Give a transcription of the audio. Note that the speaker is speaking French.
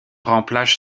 remplage